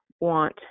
want